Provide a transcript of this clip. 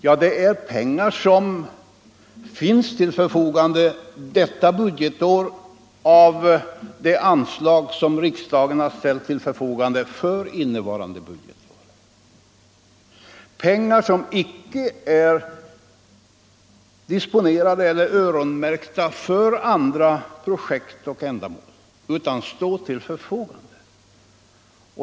Nå, det är pengar som finns till förfogande detta budgetår av det anslag som riksdagen har ställt till förfogande — pengar som icke är öronmärkta för andra projekt och ändamål.